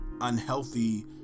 unhealthy